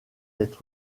être